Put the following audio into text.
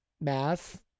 math